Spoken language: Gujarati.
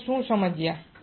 તો તો આપણે શું સમજ્યા